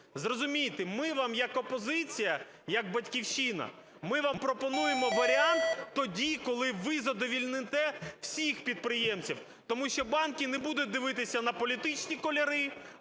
Зрозумійте, ми вам як опозиція, як "Батьківщина" ми вам пропонуємо варіант тоді, коли ви задовольните всіх підприємців, тому що банки не будуть дивитися на політичні кольори,